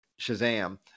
Shazam